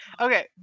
Okay